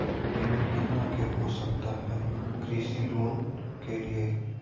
बीमा कितना के हो सकता है कृषि लोन के लिए?